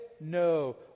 No